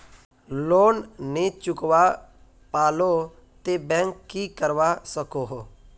Loan नी चुकवा पालो ते बैंक की करवा सकोहो?